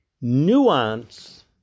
Nuance